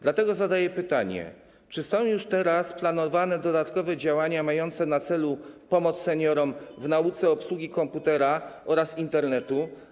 Dlatego zadaję pytanie: Czy są już teraz planowane dodatkowe działania mające na celu pomoc seniorom w nauce obsługi komputera oraz Internetu?